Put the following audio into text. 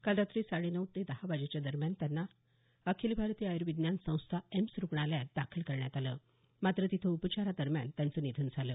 काल रात्री साडे नऊ ते दहा वाजेदरम्यान त्यांना अखिल भारतीय आयुर्विज्ञान संस्था एम्स रूग्णालयात दाखल करण्यात आलं मात्र तिथं उपचारादरम्यान त्यांचं निधन झालं